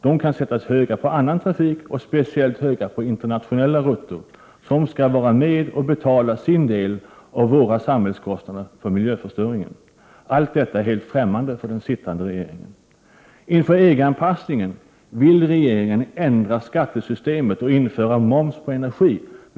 De kan sättas höga på annan trafik och speciellt höga på internationella rutter, som skall vara med och betala sin del av våra samhällskostnader för miljöförstöringen. Allt detta är helt ffträmmande för den sittande regeringen.